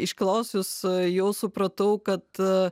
išklausius jau supratau kad